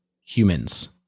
humans